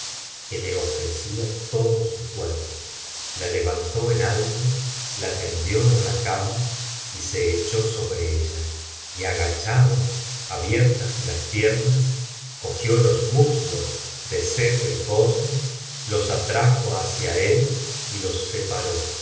que le ofrecía todo su cuerpo la levantó en alto la tendió en la cama y se echó sobre ella y agachado abiertas las piernas cogió los muslos de sett elhosn los atrajo hacia él y los separó